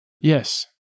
Yes